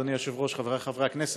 אדוני היושב-ראש, חברי חברי הכנסת,